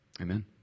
Amen